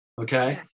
Okay